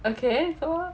okay so